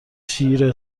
شیر